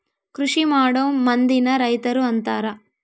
ಕೃಷಿಮಾಡೊ ಮಂದಿನ ರೈತರು ಅಂತಾರ